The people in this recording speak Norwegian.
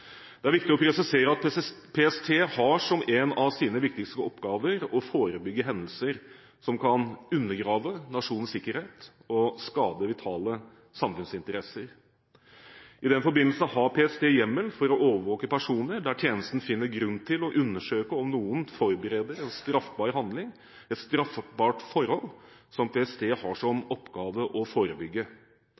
Det er viktig å presisere at PST har som en av sine viktigste oppgaver å forebygge hendelser som kan undergrave nasjonens sikkerhet og skade vitale samfunnsinteresser. I den forbindelse har PST hjemmel for å overvåke personer der tjenesten finner grunn til å undersøke om noen forbereder en straffbar handling, et straffbart forhold, som PST har som oppgave å forebygge.